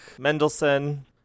Mendelssohn